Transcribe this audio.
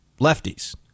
lefties